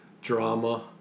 drama